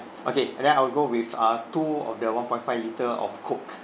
okay and then I will go with uh two of the one point five litre of coke